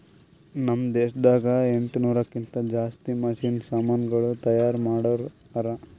ನಾಮ್ ದೇಶದಾಗ ಎಂಟನೂರಕ್ಕಿಂತಾ ಜಾಸ್ತಿ ಮಷೀನ್ ಸಮಾನುಗಳು ತೈಯಾರ್ ಮಾಡೋರ್ ಹರಾ